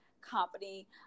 company